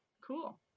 Cool